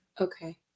Okay